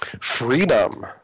Freedom